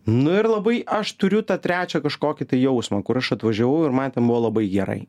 nu ir labai aš turiu tą trečią kažkokį tai jausmą kur aš atvažiavau ir man ten buvo labai gerai